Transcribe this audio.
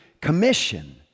commission